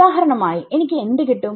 ഉദാഹരണമായി എനിക്ക് എന്ത് കിട്ടും